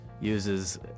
uses